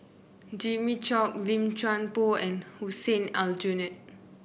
Jimmy Chok Lim Chuan Poh and Hussein Aljunied